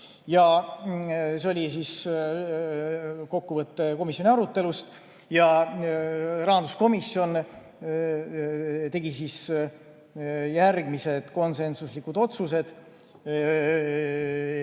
See oli kokkuvõte komisjoni arutelust. Rahanduskomisjon tegi järgmised konsensuslikud otsused.